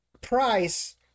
price